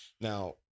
Now